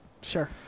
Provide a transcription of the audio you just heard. Sure